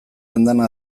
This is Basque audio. andana